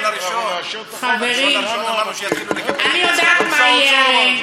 חברי, אני יודעת מה יהיה הרי.